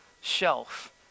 shelf